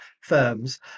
firms